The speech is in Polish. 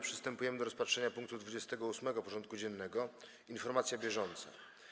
Przystępujemy do rozpatrzenia punktu 28. porządku dziennego: Informacja bieżąca.